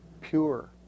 pure